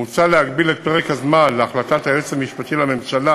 מוצע להגביל את פרק הזמן להחלטת היועץ המשפטי לממשלה